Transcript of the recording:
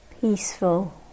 Peaceful